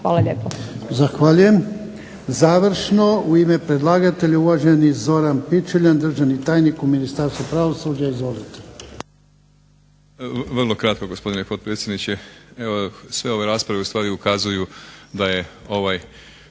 Ivan (HDZ)** Zahvaljujem. Završno, u ime predlagatelja uvaženi Zoran Pičuljan, državni tajnik u Ministarstvu pravosuđa. Izvolite.